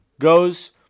goes